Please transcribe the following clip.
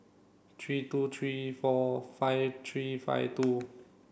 three two three four five three five two